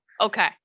Okay